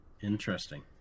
interesting